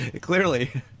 clearly